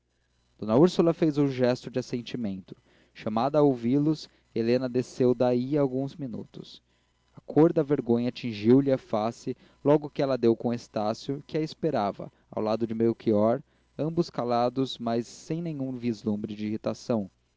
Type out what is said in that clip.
d úrsula fez um gesto de assentimento chamada a ouvi los helena desceu daí a alguns minutos a cor da vergonha tingiu lhe a face logo que ela deu com estácio que a esperava ao lado de melchior ambos calados mas sem nenhum vislumbre de irritação